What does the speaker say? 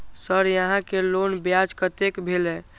Sir यहां के loan ब्याज कतेक भेलेय?